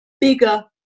bigger